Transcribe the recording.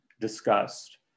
discussed